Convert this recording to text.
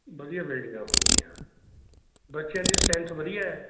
ਵਧੀਆ ਬਿਲਡਿੰਗਾਂ ਹੋ ਗਈਆਂ ਬੱਚਿਆਂ ਦੀ ਸਟਰੈਂਥ ਵਧੀਆ ਆ